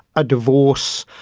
a divorce,